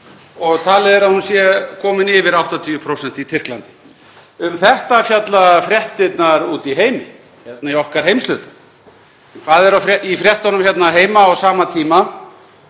og talið er að hún sé komin yfir 80% í Tyrklandi. Um þetta fjalla fréttirnar úti í heimi, í okkar heimshluta. Hvað er í fréttunum hérna heima á sama tíma?